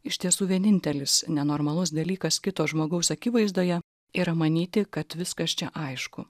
iš tiesų vienintelis nenormalus dalykas kito žmogaus akivaizdoje yra manyti kad viskas čia aišku